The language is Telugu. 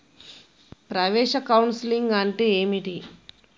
ప్రవేశ కౌన్సెలింగ్ అంటే ఏమిటి?